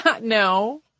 no